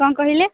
କ'ଣ କହିଲେ